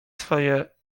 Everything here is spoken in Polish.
swoje